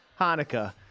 Hanukkah